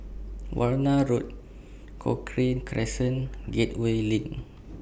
Warna Road Cochrane Crescent and Gateway LINK